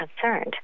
concerned